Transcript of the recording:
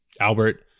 Albert